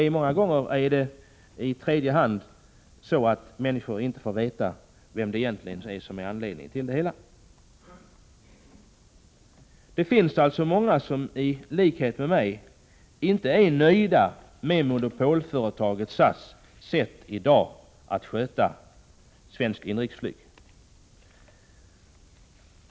I tredje hand är det många gånger således så, att människor inte får veta var anledningen till problemen ligger. Många är, i likhet med mig, i dag inte nöjda med monopolföretaget SAS sätt att sköta svenskt inrikesflyg.